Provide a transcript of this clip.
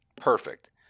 perfect